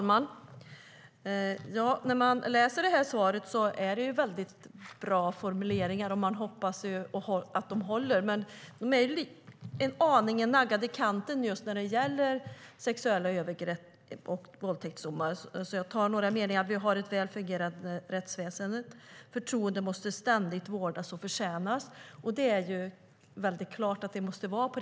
Herr talman! Det är väldigt bra formuleringar i svaret. Man hoppas att de håller, men de är aningen naggade i kanten just när det gäller sexuella övergrepp och våldtäktsdomar. Jag citerar ett par meningar: "Vi har ett väl fungerande rättsväsen" och "Förtroendet måste ständigt vårdas och förtjänas". Det är klart att det måste vara så.